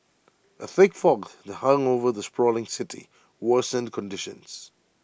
A thick fog that hung over the sprawling city worsened conditions